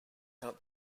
out